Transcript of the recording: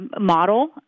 model